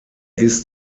ist